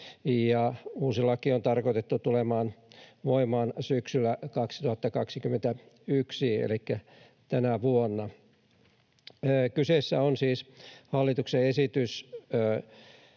Uusi laki on tarkoitettu tulemaan voimaan syksyllä 2021 elikkä tänä vuonna. Kyseessä on siis hallituksen esitys